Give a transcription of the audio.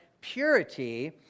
purity